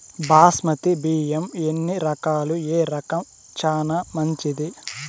బాస్మతి బియ్యం ఎన్ని రకాలు, ఏ రకం చానా మంచిది?